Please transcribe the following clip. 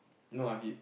no like he